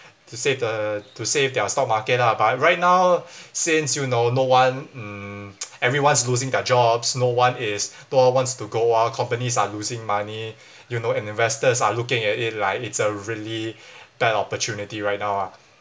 to save the to save their stock market ah but right now since you know no one mm everyone's losing their jobs no one is no one wants to go out companies are losing money you know and investors are looking at it like it's a really bad opportunity right now ah